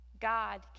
God